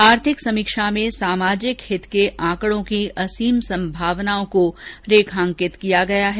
आर्थिक समीक्षा में सामाजिक हित के आंकड़ों की असीम संभावनाओं को रेखांकित किया गया है